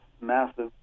massive